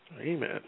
Amen